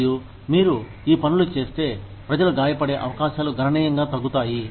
మరియు మీరు ఈ పనులు చేస్తే ప్రజలు గాయపడే అవకాశాలు గణనీయంగా తగ్గుతాయి